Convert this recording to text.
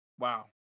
Wow